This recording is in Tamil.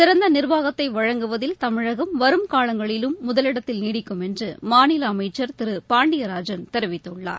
சிறந்த நிர்வாகத்தை வழங்குவதில் தமிழகம் வருங்னலங்களிலும் முதலிடத்தில் நீடிக்கும் என்று மாநில அமைச்சர் திரு பாண்டியராஜன் தெரிவித்துள்ளார்